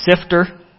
sifter